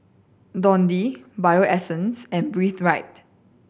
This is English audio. Dundee Bio Essence and Breathe Right